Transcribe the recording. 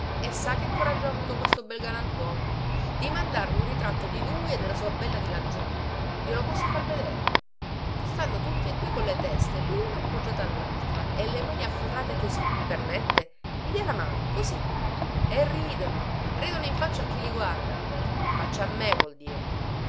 e sa che coraggio ha avuto questo bel galantuomo di mandarmi un ritratto di lui e della sua bella di laggiù glielo posso far vedere stanno tutti e due con le teste luna appoggiata allaltra e le mani afferrate così permette i dia la mano così e ridono ridono in faccia a chi li guarda in faccia a me vuol dire